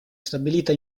stabilita